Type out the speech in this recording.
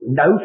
no